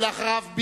אחריו,